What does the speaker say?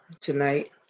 tonight